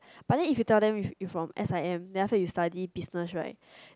but then if you tell them you you from s_i_m then after that you study business right